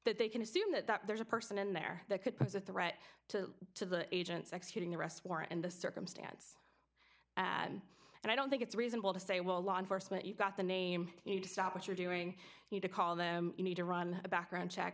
that they can assume that there's a person in there that could pose a threat to to the agents executing the arrest warrant and the circumstance i don't think it's reasonable to say well law enforcement you got the name you to stop what you're doing you to call them you need to run a background check